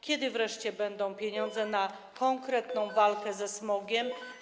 Kiedy wreszcie będą pieniądze na konkretną walkę ze smogiem?